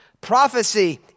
Prophecy